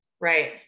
right